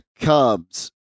Cubs